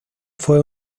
fue